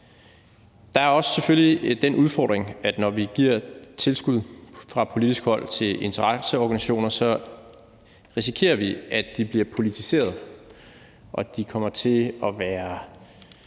Der er selvfølgelig den udfordring, at når vi giver tilskud fra politisk hold til interesseorganisationer, så risikerer vi, at de bliver politiseret, og at de kommer til at være